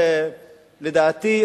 לדעתי,